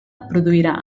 produirà